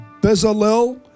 Bezalel